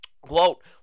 Quote